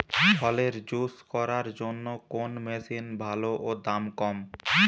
ফলের জুস করার জন্য কোন মেশিন ভালো ও দাম কম?